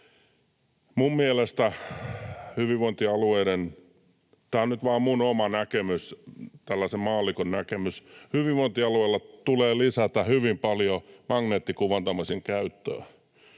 Minun mielestäni — tämä on nyt vain minun oma näkemykseni, tällaisen maallikon näkemys — hyvinvointialueilla tulee lisätä hyvin paljon magneettikuvantamisen käyttöä.